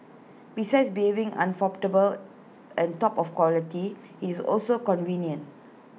besides affordable and top of quality is also convenient